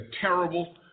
terrible